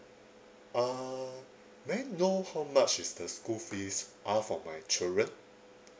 uh may I know how much is the school fees are for my children